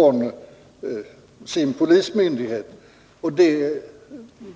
från sin polismyndighet få det tillstånd han velat ha.